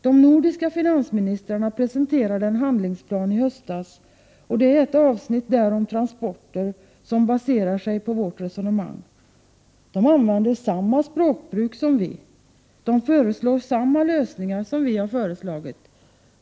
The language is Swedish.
De nordiska finansministrarna presenterade en handlingsplan i höstas, och det är ett avsnitt där om transporter som baserar sig på vårt resonemang. De använder samma språkbruk som vi. De föreslår samma lösningar som vi har föreslagit.